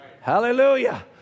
Hallelujah